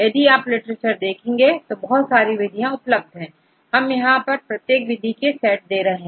यदि आप लिटरेचर देखें तो बहुत सारी विधियां उपलब्ध है यहां हम प्रत्येक विधि के सेट दे रहे हैं